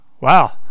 Wow